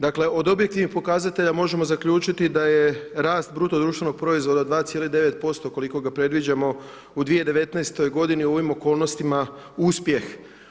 Dakle, od objektivnih pokazatelja, možemo zaključiti da je rast bruto društvenog proizvoda, 2,9% koliko ga predviđamo u 2019. g. u ovim okolnostima uspjeh.